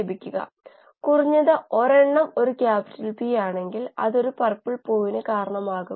Di എന്നത് ഒന്നിൽ നിന്ന് വ്യാസമുള്ളതാണ് ഒരു ഇംപെല്ലറിന്റെ അഗ്രം ഒരു വിപരീത ഇംപെല്ലറിന്റെ അഗ്രം വരെ